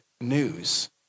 news